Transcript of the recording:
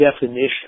definition